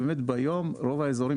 ביום רוב האזורים,